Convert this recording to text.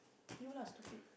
you lah stupid